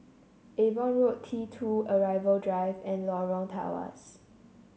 Avon Road T two Arrival Drive and Lorong Tawas